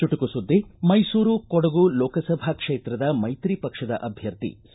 ಚುಟುಕು ಸುದ್ದಿ ಮೈಸೂರು ಕೊಡಗು ಲೋಕಸಭಾ ಕ್ಷೇತ್ರದ ಮೈತ್ರಿ ಪಕ್ಷದ ಅಧ್ಯರ್ಥಿ ಸಿ